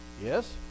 Yes